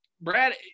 Brad